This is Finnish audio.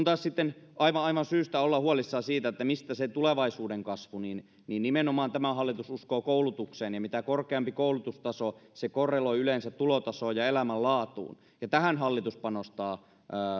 taas sitten aivan aivan syystä ollaan huolissaan siitä mistä tulee se tulevaisuuden kasvu niin niin nimenomaan tämä hallitus uskoo koulutukseen ja mitä korkeampi koulutustaso se korreloi yleensä tulotasoon ja elämänlaatuun ja tähän hallitus panostaa